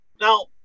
Now